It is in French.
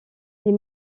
les